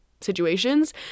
situations